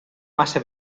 massa